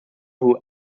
who